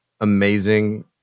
amazing